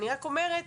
רק אומרת